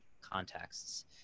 contexts